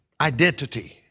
Identity